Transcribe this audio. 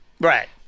right